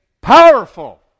powerful